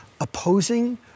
opposing